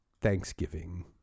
Thanksgiving